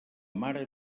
mare